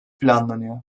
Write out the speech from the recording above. planlanıyor